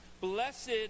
Blessed